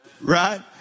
Right